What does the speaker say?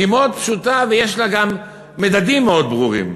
היא מאוד פשוטה, ויש לה גם מדדים מאוד ברורים.